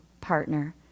partner